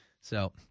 So-